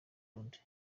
wundi